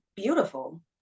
beautiful